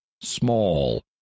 small